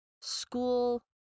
school